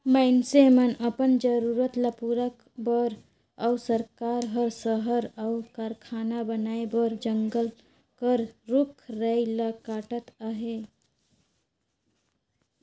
मइनसे मन अपन जरूरत ल पूरा करे बर अउ सरकार हर सहर अउ कारखाना बनाए बर जंगल कर रूख राई ल काटत अहे